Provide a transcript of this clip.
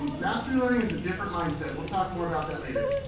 um mastery learning is a different mindset. we'll talk more about that later.